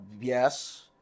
Yes